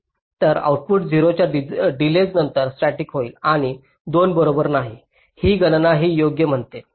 तर आउटपुट 3 च्या डिलेजनंतरच स्टॅटिक होईल आणि 2 बरोबर नाही ही गणना ही योग्य म्हणते